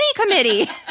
Committee